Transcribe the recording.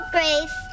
Grace